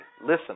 listen